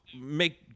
make